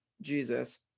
jesus